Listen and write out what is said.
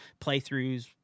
playthroughs